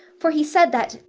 for he said that,